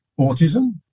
autism